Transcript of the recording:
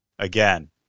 again